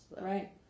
Right